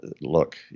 look